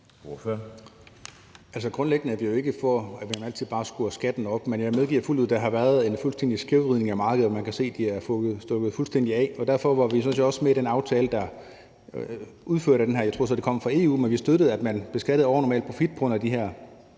grundlæggende er vi jo ikke for, at man altid bare skruer skatten op, men jeg medgiver fuldt ud, at der har været en fuldstændig skævvridning af markedet, og at man kan se, at det har stukket fuldstændig af. Og derfor var vi sådan set også med i den aftale om at – jeg tror så, det kom fra EU, men vi støttede det – beskatte overnormal profit hos de her